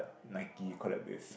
Nike collab with